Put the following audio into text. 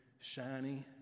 shiny